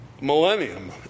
millennium